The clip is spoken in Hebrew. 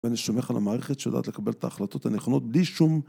ואני סומך על המערכת שיודעת לקבל את ההחלטות הנכונות בלי שום